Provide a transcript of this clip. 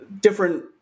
different